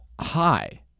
hi